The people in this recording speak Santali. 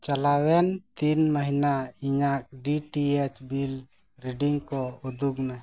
ᱪᱟᱞᱟᱣᱮᱱ ᱛᱤᱱ ᱢᱟᱹᱦᱱᱟᱹ ᱤᱧᱟᱹᱜ ᱠᱚ ᱩᱫᱩᱜᱽ ᱢᱮ